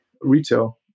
retail